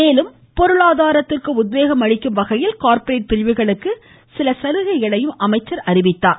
மேலும் பொருளாதாரத்திற்கு உத்வேகம் அளிக்கும் வகையில் கார்பரேட் பிரிவுகளுக்கு சில சலுகைகளையும் அவர் அறிவித்துள்ளார்